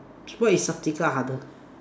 cheaper is harder